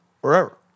forever